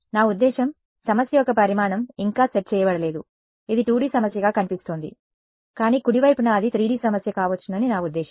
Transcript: నా ఉద్దేశ్యం సమస్య యొక్క పరిమాణం ఇంకా సెట్ చేయబడలేదు ఇది 2D సమస్యగా కనిపిస్తోంది కానీ కుడివైపున అది 3D సమస్య కావచ్చునని నా ఉద్దేశ్యం